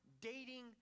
dating